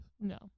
No